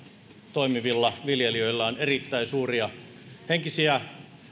toimivilla viljelijöillä on erittäin suuria henkisiä